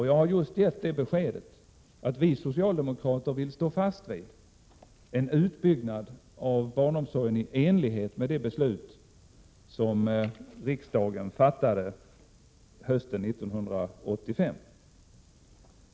Jag har just gett det beskedet att vi socialdemokrater vill stå fast vid en utbyggnad av barnomsorgen i enlighet med det beslut som riksdagen fattade hösten 1985.